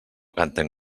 canten